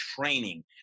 training